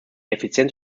effizienz